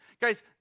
guys